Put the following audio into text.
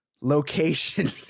location